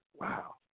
wow